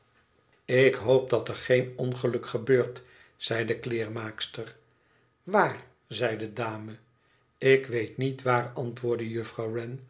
lik hoop dat er geen ongeluk gebeurt zei de kleermaakster t waar zei de dame ik weet niet waar antwoordde juffrouw